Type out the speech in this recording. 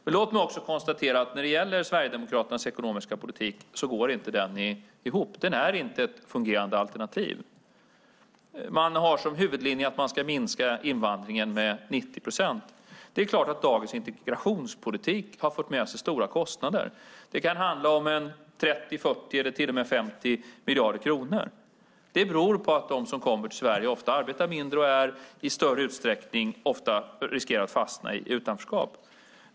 Men låt mig också konstatera att Sverigedemokraternas ekonomiska politik inte går ihop. Den är inte ett fungerande alternativ. Man har som huvudlinje att man ska minska invandringen med 90 procent. Det är klart att dagens integrationspolitik har fört med sig stora kostnader. Det kan handla om 30, 40 eller till och med 50 miljarder kronor. Det beror på att de som kommer till Sverige ofta arbetar mindre och i större utsträckning riskerar att fastna i utanförskap.